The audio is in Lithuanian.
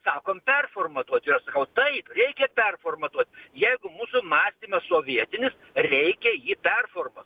sakom performatuot ir aš sakau taip reikia performatuot jeigu mūsų mąstymas sovietinis reikia jį performuot